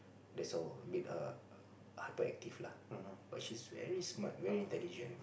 that's all bit err hyperactive lah but she's very smart very intelligent